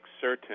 certain